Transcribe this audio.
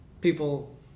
people